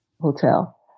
hotel